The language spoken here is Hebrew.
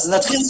אז נתחיל.